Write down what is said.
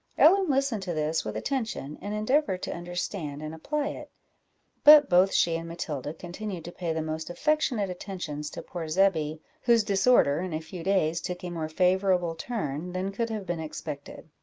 ellen listened to this with attention, and endeavoured to understand and apply it but both she and matilda continued to pay the most affectionate attentions to poor zebby, whose disorder in a few days took a more favourable turn than could have been expected,